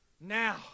Now